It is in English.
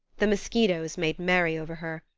the mosquitoes made merry over her,